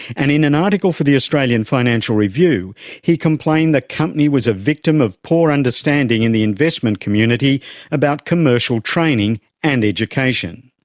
and in an article for the australian financial review he complained the company was a victim of poor understanding in the investment community about commercial training and education.